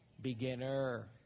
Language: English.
beginner